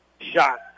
Shot